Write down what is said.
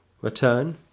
return